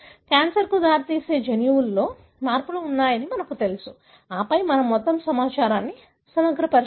క్యాన్సర్కు దారితీసే జన్యువులో మార్పులు ఉన్నాయని మాకు తెలుసు ఆపై మనము మొత్తం సమాచారాన్ని సమగ్రపరచవచ్చు